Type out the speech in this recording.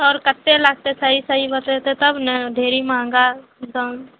आओर कते लागतय सही सही बतेतय तब ने ढेरी मँहगा दाम